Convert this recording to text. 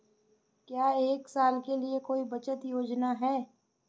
क्या एक साल के लिए कोई बचत योजना है?